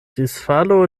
disfalo